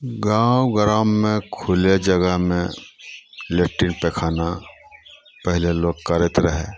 गाँव ग्राममे खुले जगहमे लैट्रिन पेखाना पहिले लोक करैत रहै